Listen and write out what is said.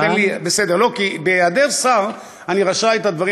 תן לי כי בהיעדר שר אני רשאי את הדברים